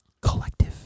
collective